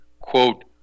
Quote